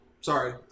sorry